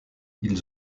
ils